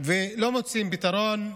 ולא מוצאים פתרון,